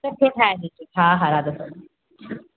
सुठो ठाहे ॾिजो हा हा राधास्वामी